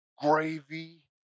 gravy